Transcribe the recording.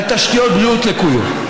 על תשתיות בריאות לקויות.